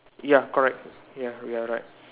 ya correct ya you are right